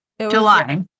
July